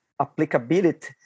applicability